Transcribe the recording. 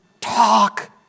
Talk